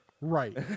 Right